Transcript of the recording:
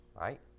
right